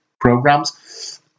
programs